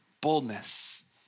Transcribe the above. boldness